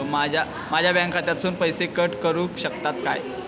माझ्या बँक खात्यासून पैसे कट करुक शकतात काय?